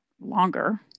longer